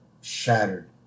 shattered